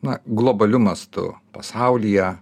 na globaliu mastu pasaulyje